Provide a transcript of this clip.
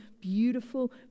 beautiful